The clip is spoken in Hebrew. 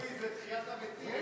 אורי, זה תחיית המתים.